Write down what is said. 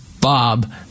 bob